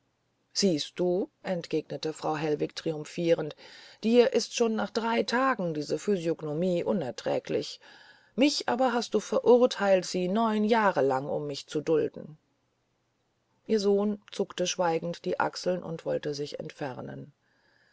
siehst du entgegnete frau hellwig triumphierend dir ist schon nach drei tagen diese physiognomie unerträglich mich aber hast du verurteilt sie neun jahre lang um mich zu dulden ihr sohn zuckte schweigend die achseln und wollte sich entfernen